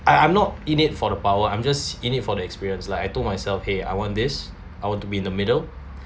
I I'm not in it for the power I'm just in it for the experience like I told myself !hey! I want this I want to be in the middle